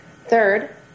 Third